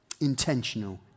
Intentional